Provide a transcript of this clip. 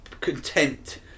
content